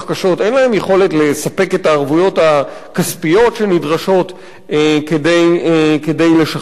אין להם יכולת לספק את הערבויות הכספיות שנדרשות כדי לשחרר אותם,